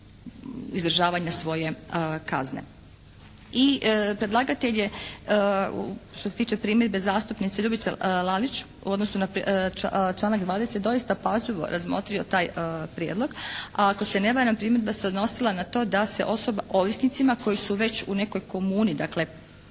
izdržavanja svoje kazne. I predlagatelj je što se tiče primjedbe zastupnice Ljubice Lalić u odnosu na članak 20. doista pažljivo razmotrio taj prijedlog a ako se ne varam primjedba se odnosila na to da se osoba ovisnicima koji su već u nekoj komuni, dakle